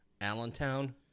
Allentown